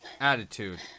Attitude